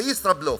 זה ישראבלוף.